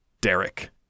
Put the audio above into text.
Derek